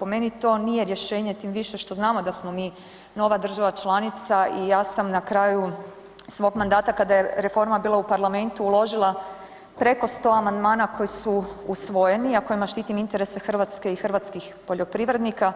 Po meni to nije rješenje tim više smo znamo da smo mi nova država članica i ja sam na kraju svog mandata kada je reforma bila u parlamentu uložila preko 100 amandmana koji su usvojeni, a kojima štitim interese Hrvatske i hrvatskih poljoprivrednika